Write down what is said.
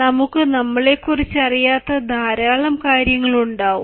നമുക്ക് നമ്മളെ കുറിച്ച് അറിയാത്ത ധാരാളം കാര്യങ്ങൾ ഉണ്ടാവും